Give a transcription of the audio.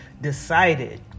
decided